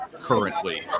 currently